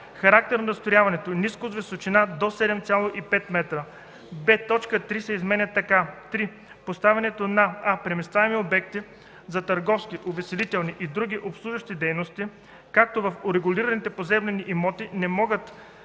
характер на застрояването - ниско, с височина до 7,5 м;” б) точка 3 се изменя така: „3. поставянето на: а) преместваеми обекти за търговски, увеселителни и други обслужващи дейности, като в урегулираните поземлени имоти не могат